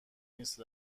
نیست